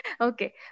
Okay